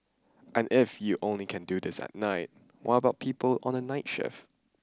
and if you only can do this at night what about people on the night shift